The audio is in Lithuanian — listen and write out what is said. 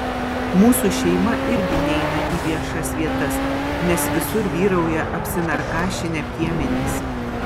mūsų šeima irgi neina į viešas vietas nes visur vyrauja apsinarkašinę piemenys